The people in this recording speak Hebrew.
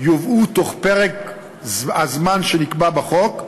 יובאו תוך פרק הזמן שנקבע בחוק,